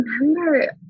remember